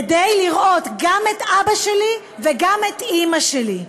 כדי לראות גם את אבא שלי וגם את אימא שלי.